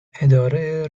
اداره